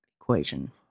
equation